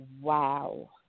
wow